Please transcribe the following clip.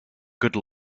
good